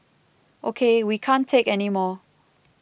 ok we can't take anymore